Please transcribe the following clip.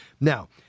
Now